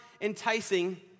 enticing